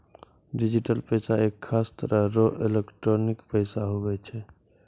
digital पैसा एक खास तरह रो एलोकटानिक पैसा हुवै छै